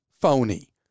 phony